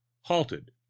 halted